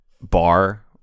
bar